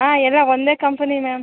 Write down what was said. ಹಾಂ ಎಲ್ಲ ಒಂದೇ ಕಂಪನಿ ಮ್ಯಾಮ್